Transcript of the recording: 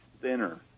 thinner